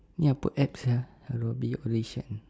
ni apa app sia adobe audition